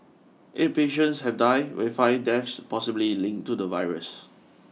eight patients have died with five deaths possibly linked to the virus